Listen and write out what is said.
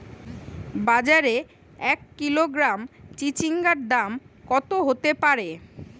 বাজারে এক কিলোগ্রাম চিচিঙ্গার দাম কত হতে পারে?